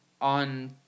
on